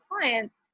clients